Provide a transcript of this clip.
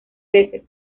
veces